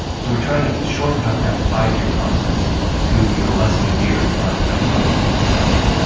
so we're trying to shortcut that five-year process to, you know, less than a year by by doing all those things in parallel.